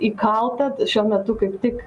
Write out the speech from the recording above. įkalta šiuo metu kaip tik